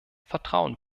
vertrauen